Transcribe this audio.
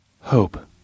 hope